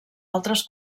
altres